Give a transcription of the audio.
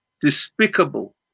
despicable